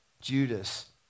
Judas